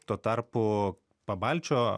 tuo tarpu pabalčio